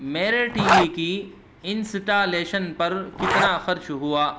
میرے T V کی installation پر کتنا خرچ ہوا